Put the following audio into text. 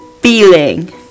feeling